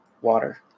Water